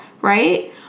right